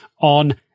on